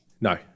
No